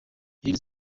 irindi